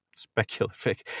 Speculative